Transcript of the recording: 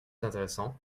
intéressant